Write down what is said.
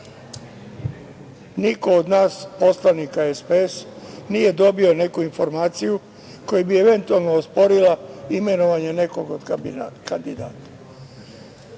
Niko od nas poslanika, SPS nije dobio neku informaciju, koja bi eventualno osporila imenovanje nekog od kandidata. Dozvolite